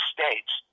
States